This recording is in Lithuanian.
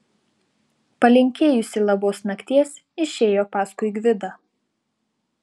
palinkėjusi labos nakties išėjo paskui gvidą